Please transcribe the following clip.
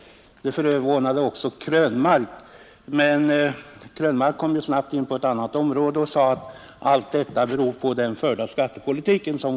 Det förvånade också herr Krönmark, som dock snabbt kom in på ett annat område och sade att allting beror på regeringens skattepolitik.